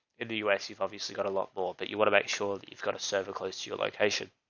in the u s you've obviously got a lot more that you want to make sure that you've got a server close to your location.